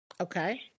Okay